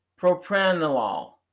propranolol